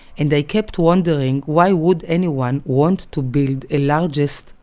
and they kept wondering, why would anyone want to build a largest.